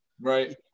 Right